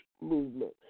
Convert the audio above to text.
movement